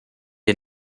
est